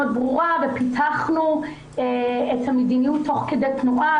ברורה ופיתחנו את המדיניות תוך כדי תנועה,